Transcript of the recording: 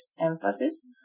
emphasis